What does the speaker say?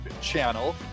channel